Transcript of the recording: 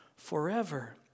Forever